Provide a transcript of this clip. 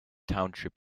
township